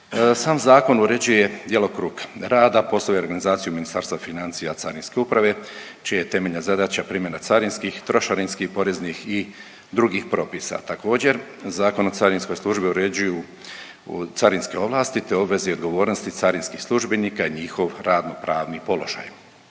Sam zakon uređuje djelokrug rada, poslove i organizaciju Ministarstva financija Carinske uprave čija je temeljna zadaća primjena carinskih, trošarinskih, poreznih i drugih propisa. Također Zakon o carinskoj službi uređuju carinske ovlasti, te obveze i odgovornosti carinskih službenika i njihov radno-pravni položaj.